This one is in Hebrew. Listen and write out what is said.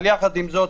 אבל יחד עם זאת,